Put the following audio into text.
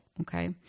okay